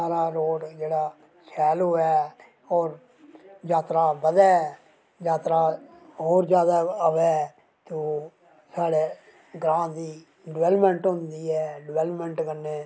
सारा रोड़ जेह्ड़ा शैल होऐ और जात्तरा बदै जात्तरा होर जादै अवै तो ओह् साढ़ै ग्रांऽ दी डवैलमैंट होंदी ऐ डवैलमैंट कन्नै